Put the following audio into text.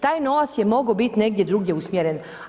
Taj novac je mogao biti negdje drugdje usmjeren.